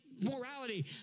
Morality